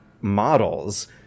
models